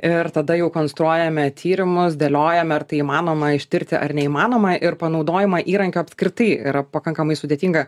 ir tada jau konstruojame tyrimus dėliojame ar tai įmanoma ištirti ar neįmanoma ir panaudojimą įrankio apskritai yra pakankamai sudėtinga